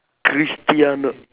Cristiano